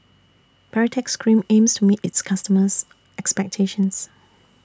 Baritex Cream aims to meet its customers' expectations